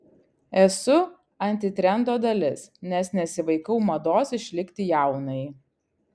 esu antitrendo dalis nes nesivaikau mados išlikti jaunai